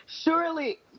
surely